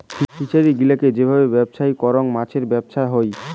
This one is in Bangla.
ফিসারী গিলাকে যে ভাবে ব্যবছস্থাই করাং মাছের ব্যবছা হই